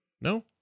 No